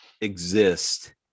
exist